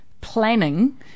planning